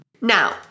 Now